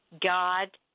god